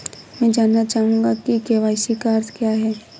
मैं जानना चाहूंगा कि के.वाई.सी का अर्थ क्या है?